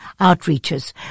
outreaches